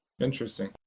Interesting